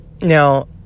Now